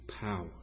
power